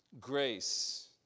grace